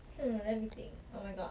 hmm let me think oh my god